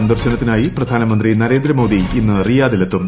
സന്ദർശനത്തിനായി പ്രധാനമന്ത്രി നരേന്ദ്രമോദി ഇന്ന് റിയാദിൽ എത്തും